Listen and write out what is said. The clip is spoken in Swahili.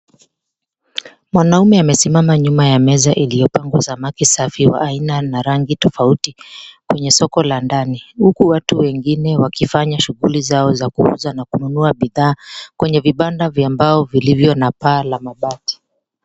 Mwanaume amesimama nyuma ya meza iliyopangwa samaki safi wa aina na rangi tofauti kwenye soko la ndani, huku watu wengine wakifanya shughuli zao za kuuza na kununua bidhaa kwenye vibanda vya mbao vilivyo na paa ya mabati.